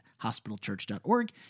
hospitalchurch.org